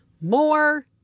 More